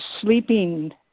sleeping